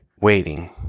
waiting